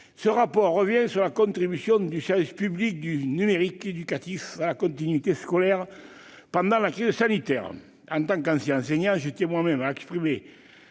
Ce rapport revient sur la contribution du service public du numérique éducatif à la continuité scolaire pendant la crise sanitaire. En tant qu'ancien enseignant, je tiens moi-même à exprimer